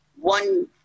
one